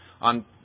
on